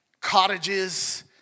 cottages